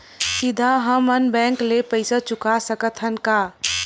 सीधा हम मन बैंक ले पईसा चुका सकत हन का?